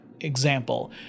example